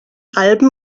alben